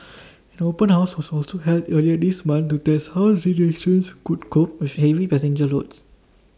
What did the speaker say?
an open house was also held earlier this month to test how the stations would cope with heavy passenger loads